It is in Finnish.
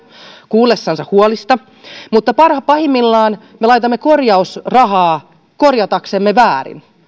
kuullessaan huolista mutta pahimmillaan me laitamme korjausrahaa korjataksemme väärin